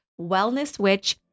wellnesswitch